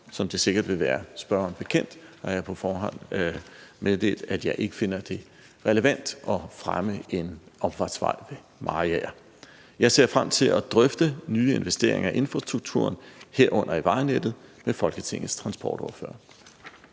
Som det sikkert vil være spørgeren bekendt, har jeg på forhånd meddelt, at jeg ikke finder det relevant at fremme en omfartsvej ved Mariager. Jeg ser frem til at drøfte nye investeringer i infrastrukturen, herunder i vejnettet, med Folketingets transportordførere.